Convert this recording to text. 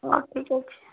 ହଉ ଠିକ୍ ଅଛି